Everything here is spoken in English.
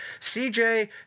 CJ